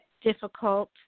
difficult